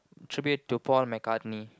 tribute to Paul-McCartney